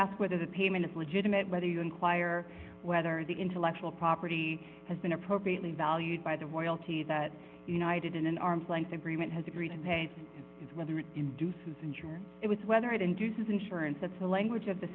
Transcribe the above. ask whether the payment is legitimate whether you inquire whether the intellectual property has been appropriately valued by the royalty that did in an arm's length agreement has agreed and is whether it is unsure whether it induces insurance that's the language of the